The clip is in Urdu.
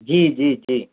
جی جی جی